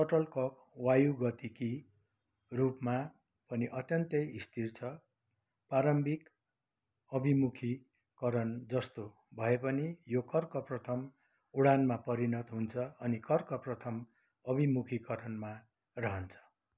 सटलकक वायुगतिकी रूपमा पनि अत्यन्तै स्थिर छ पारम्भिक अभिमुखीकरण जस्तो भएपनि यो कर्क प्रथम उडानमा परिणत हुन्छ अनि कर्क प्रथम अभिमुखीकरणमा रहन्छ